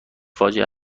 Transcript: فاخته